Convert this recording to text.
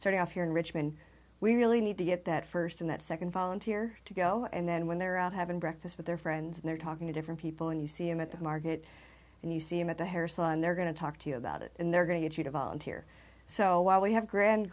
setting up here in richmond we really need to get that first and that second volunteer to go and then when they're out having breakfast with their friends and they're talking to different people and you see him at the market and you see him at the hair salon they're going to talk to you about it and they're going to get you to volunteer so while we have grand